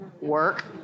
work